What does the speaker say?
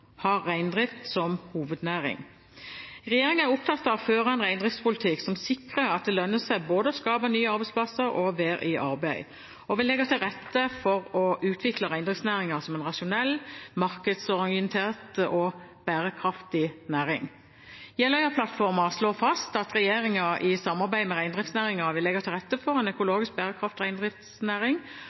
har reindrift som hovednæring. Regjeringen er opptatt av å føre en reindriftspolitikk som sikrer at det lønner seg både å skape nye arbeidsplasser og å være i arbeid, og vil legge til rette for å utvikle reindriftsnæringen som en rasjonell, markedsorientert og bærekraftig næring. Jeløya-plattformen slår fast at regjeringen i samarbeid med reindriftsnæringen vil legge til rette for en økologisk bærekraftig reindriftsnæring.